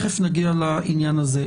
מיד נגיע לעניין הזה.